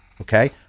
okay